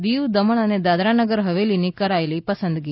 દીવ દમણ અને દાદરાનગર હવેલીની કરાયેલી પસંદગી